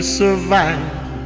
survive